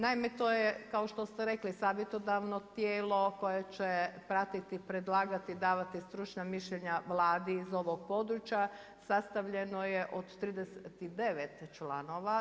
Naime, to je kao što ste rekli savjetodavno tijelo koje će pratiti, predlagati, davati stručna mišljenja Vladi iz ovog područja, sastavljeno je od 39 članova.